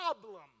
problem